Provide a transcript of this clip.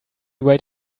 wait